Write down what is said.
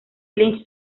lynch